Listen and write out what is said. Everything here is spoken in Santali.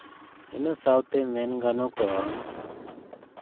ᱤᱱᱟᱹ ᱥᱟᱶᱛᱮ ᱢᱮᱱ ᱜᱟᱱᱚ ᱜᱚᱜᱼᱟ